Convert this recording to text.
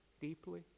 deeply